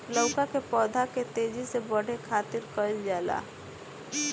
लउका के पौधा के तेजी से बढ़े खातीर का कइल जाला?